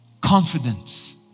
confidence